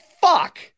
fuck